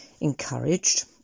Encouraged